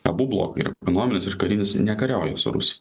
abu blokai ir ekonominis ir karinis nekariauja su rusija